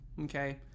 okay